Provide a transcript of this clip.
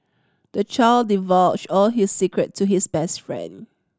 the child divulged all his secret to his best friend